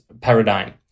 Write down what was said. paradigm